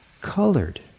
colored